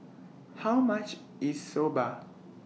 How much IS Soba